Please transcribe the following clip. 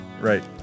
Right